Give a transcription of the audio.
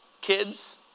kids